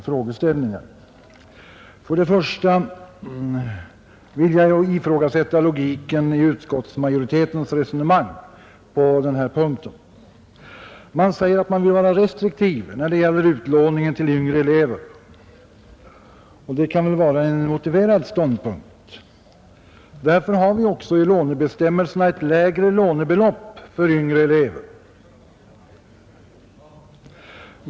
För det första vill jag ifrågasätta logiken i utskottsmajoritetens resonemang på den här punkten. Man säger att man vill vara restriktiv när det gäller utlåningen till yngre elever. Det kan väl vara en motiverad ståndpunkt. Därför har vi också i lånebestämmelserna ett lägre lånebelopp för yngre elever.